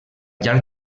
llarg